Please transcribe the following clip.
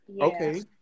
Okay